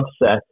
upset